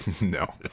No